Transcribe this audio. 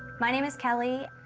my name is kelly.